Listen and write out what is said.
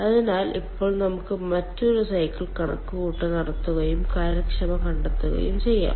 അതിനാൽ ഇപ്പോൾ നമുക്ക് മറ്റൊരു സൈക്കിൾ കണക്കുകൂട്ടൽ നടത്തുകയും കാര്യക്ഷമത കണ്ടെത്തുകയും ചെയ്യാം